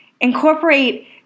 Incorporate